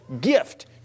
gift